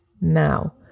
now